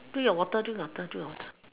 drink your water drink your water drink your water